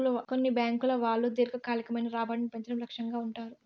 కొన్ని బ్యాంకుల వాళ్ళు దీర్ఘకాలికమైన రాబడిని పెంచడం లక్ష్యంగా ఉంటారు